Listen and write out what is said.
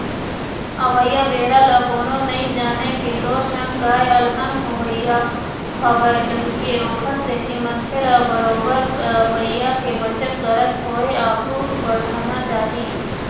अवइया बेरा ल कोनो नइ जानय के तोर संग काय अलहन होवइया हवय कहिके ओखर सेती मनखे ल बरोबर पइया के बचत करत होय आघु बड़हना चाही